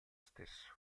stesso